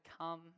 come